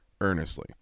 earnestly